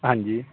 ਹਾਂਜੀ